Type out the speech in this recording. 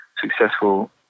successful